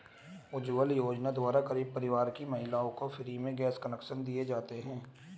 उज्जवला योजना द्वारा गरीब परिवार की महिलाओं को फ्री में गैस कनेक्शन दिए जाते है